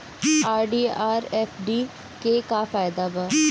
RD आउर FD के का फायदा बा?